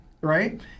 right